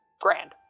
grand